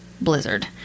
blizzard